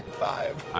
five.